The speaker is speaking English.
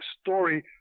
story